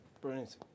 brilliant